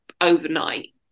overnight